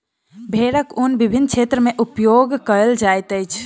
भेड़क ऊन विभिन्न क्षेत्र में उपयोग कयल जाइत अछि